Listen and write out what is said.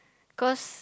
cause